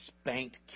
spanked